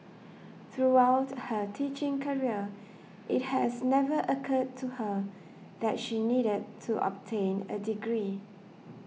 throughout her teaching career it has never occurred to her that she needed to obtain a degree